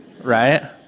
right